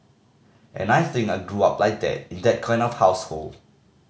and I think I grew up like that in that kind of household